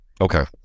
okay